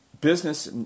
business